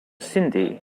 sindhi